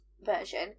version